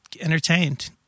entertained